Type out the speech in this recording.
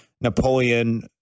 Napoleon